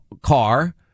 car